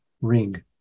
ring